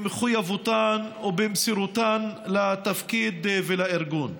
במחויבותן ובמסירותן לתפקיד ולארגון.